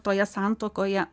toje santuokoje